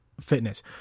fitness